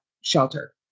shelter